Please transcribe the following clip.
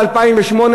ב-2008,